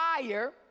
fire